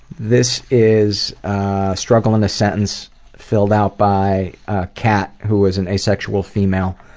this is struggle in a sentence filled out by ah cat, who is an asexual female,